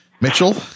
Mitchell